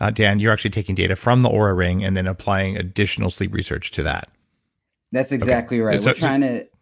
ah dan, you're actually taking data from the oura ring and then applying additional sleep research to that that's exactly right. we're so trying to.